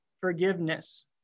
forgiveness